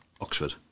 Oxford